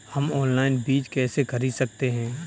हम ऑनलाइन बीज कैसे खरीद सकते हैं?